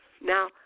Now